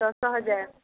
ଦଶ ହଜାର